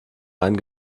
einen